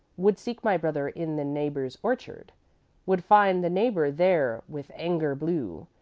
would seek my brother in the neighbor's orchard would find the neighbor there with anger blue,